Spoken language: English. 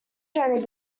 journey